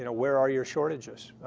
and where are your shortages?